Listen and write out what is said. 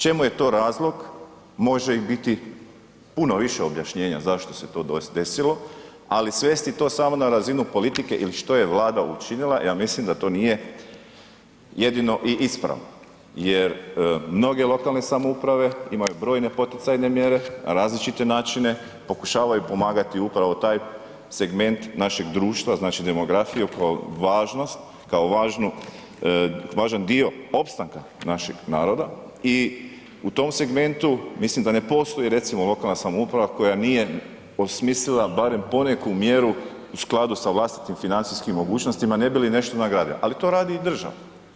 Čemu je to razlog, može i biti puno više objašnjena zašto se to desilo ali svesti to samo na razinu politike ili što je Vlada učinila, ja mislim da to nije jedino i ispravno jer mnoge lokalne samouprave imaju brojne poticajne mjere, različite načine, pokušavaju pomagati upravo taj segment našeg društva, znači demografije kao važnost, kao važan dio opstanka našeg naroda i u tom segmentu mislim da ne postoji recimo lokalna samouprava koja nije osmislila barem poneku mjeru u skladu sa vlastitim financijskim mogućnosti ne bi li nešto nagradila ali to radi i država.